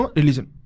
religion